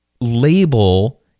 label